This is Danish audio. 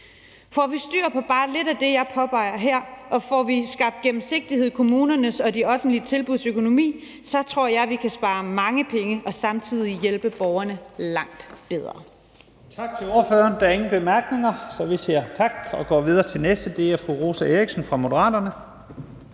Får vi styr på bare lidt af det, jeg påpeger her, og får vi skabt gennemsigtighed i kommunernes og de offentlige tilbuds økonomi, så tror jeg, at vi kan spare mange penge og samtidig hjælpe borgerne langt bedre.